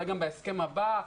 אולי גם בהסכם הבא,